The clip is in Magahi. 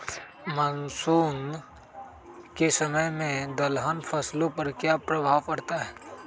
मानसून के समय में दलहन फसलो पर क्या प्रभाव पड़ता हैँ?